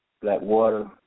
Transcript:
Blackwater